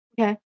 Okay